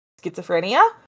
schizophrenia